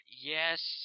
Yes